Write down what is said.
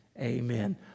amen